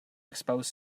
expose